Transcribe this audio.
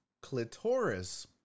clitoris